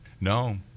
no